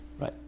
Right